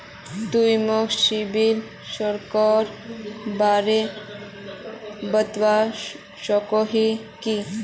तुई मोक सिबिल स्कोरेर बारे बतवा सकोहिस कि?